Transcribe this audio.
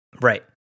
Right